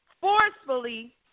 forcefully